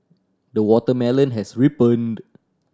the watermelon has ripened